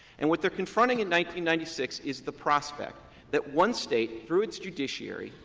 and what they're confronting in ninety ninety six is the prospect that one state, through its judiciary,